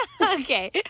Okay